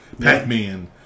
Pac-Man